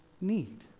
need